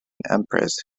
empress